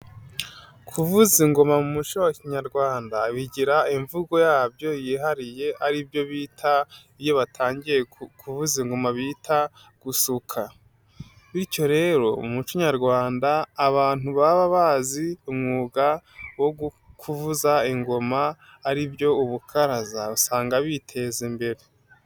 Kuvuza ingoma mu muco wa kinyarwanda bigira imvugo yabyo yihariye aribyo bita iyo batangiye kuvuza ingoma bita gusuka, bityo rero umuco Nyarwanda abantu baba bazi umwuga wo kuvuza ingoma aribyo ubakaraza, usanga biteza imbere.